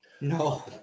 No